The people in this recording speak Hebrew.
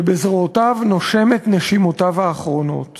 שבזרועותיו נושם את נשימותיו האחרונות